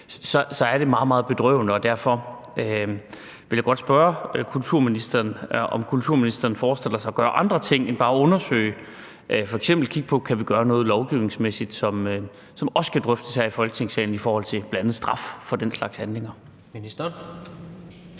meget, meget bedrøvende. Derfor vil jeg gerne spørge kulturministeren, om kulturministeren forestiller sig at gøre andre ting end bare at undersøge, f.eks. kigge på, om vi kan gøre noget lovgivningsmæssigt, som også kan drøftes her i Folketingssalen, i forhold til bl.a. straf for den slags handlinger.